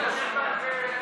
למה לא להקים מאגר?